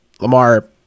Lamar